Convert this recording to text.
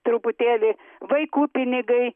truputėlį vaikų pinigai